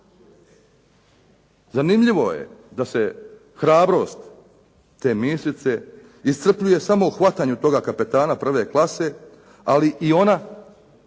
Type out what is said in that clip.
Zanimljivo je da se hrabrost te misice iscrpljuje samo u hvatanju toga kapetana prve klase, ali i ona